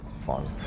fun